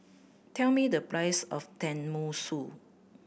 tell me the price of Tenmusu